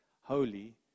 holy